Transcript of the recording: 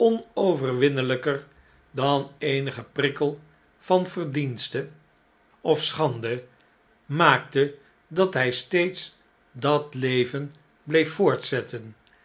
onoverwinneiyker dan eenige pnkkel van verdienste of schande maakte dat hij steeds dat leven bleef voortzetten